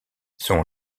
son